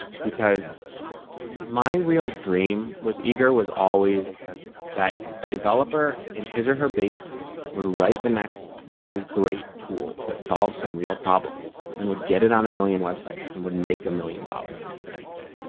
because my real dream with eager was always that a developer in his or her basement would write the next new great tool that solves some real problem and would get it on a million websites and would make a one million dollars the next day,